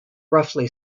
roughly